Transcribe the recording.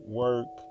work